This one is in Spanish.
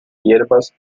hierbas